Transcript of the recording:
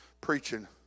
preaching